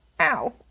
Ow